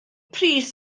pris